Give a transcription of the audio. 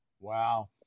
Wow